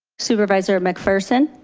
supervisor, mcpherson.